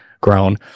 grown